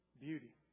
beauty